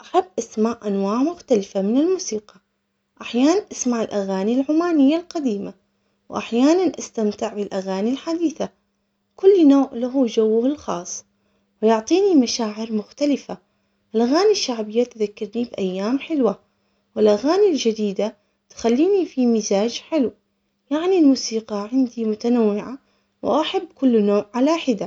أحب أسماء أنواع مختلفة من الموسيقى، أحيانا أسمع الأغاني العمانية القديمة، وأحيانا أستمتع بالأغاني الحديثة. كل نوع له جوه الخاص ويعطيني مشاعر مختلفة. الأغاني الشعبية تذكرني بأيام حلوة، والأغاني الجديدة تخليني في مزاج حلو يعني.